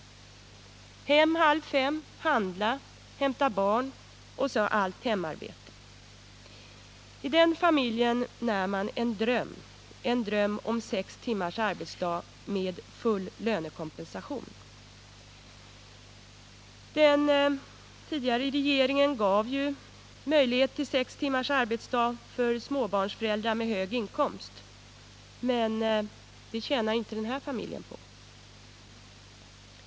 Hon kommer hem klockan halv fem, handlar, hämtar barnen — och därefter återstår allt hemarbetet. I den familjen när man en dröm — en dröm om sex timmars arbetsdag med full lönekompensation. Den tidigare borgerliga regeringen gav ju möjlighet till sex timmars arbetsdag för småbarnsföräldrar med hög inkomst, men det tjänar inte den här familjen på.